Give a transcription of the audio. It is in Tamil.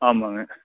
ஆமாங்க